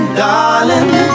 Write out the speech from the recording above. darling